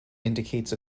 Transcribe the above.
indicates